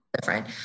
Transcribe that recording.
different